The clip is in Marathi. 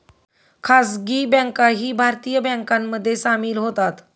खासगी बँकाही भारतीय बँकांमध्ये सामील होतात